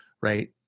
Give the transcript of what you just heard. right